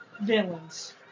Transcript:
villains